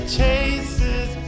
chases